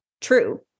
true